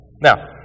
Now